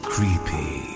Creepy